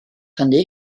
hynny